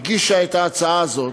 הגישה את ההצעה הזאת,